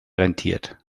rentiert